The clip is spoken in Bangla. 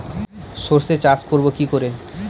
সর্ষে চাষ করব কি করে?